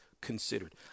considered